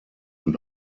und